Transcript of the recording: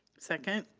second.